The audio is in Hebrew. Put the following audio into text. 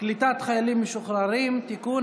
קליטת חיילים משוחררים (תיקון,